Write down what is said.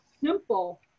simple